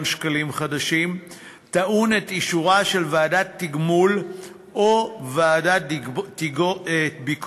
שקלים חדשים טעון אישור של ועדת תגמול או ועדת ביקורת,